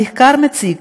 המחקר מציג